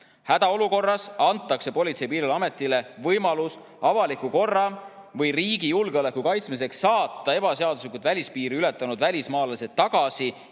Hädaolukorras antakse Politsei- ja Piirivalveametile võimalus avaliku korra või riigi julgeoleku kaitsmiseks saata ebaseaduslikult välispiiri ületanud välismaalased tagasi